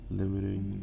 limiting